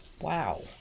Wow